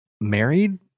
married